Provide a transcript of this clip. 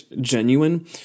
genuine